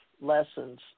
lessons